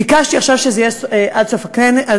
ביקשתי עכשיו שזה יהיה עד סוף הכנס,